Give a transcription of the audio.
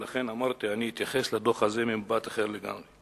ולכן אמרתי: אני אתייחס לדוח הזה ממבט אחר לגמרי.